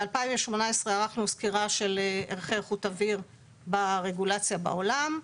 ב-2018 ערכנו סקירה של ערכי איכות אוויר ברגולציה בעולם.